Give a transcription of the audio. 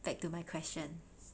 back to my question